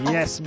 Yes